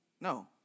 No